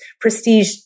prestige